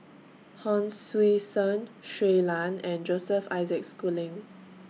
Hon Sui Sen Shui Lan and Joseph Isaac Schooling